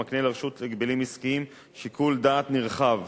המקנה לרשות להגבלים עסקיים שיקול דעת נרחב,